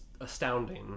astounding